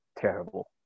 terrible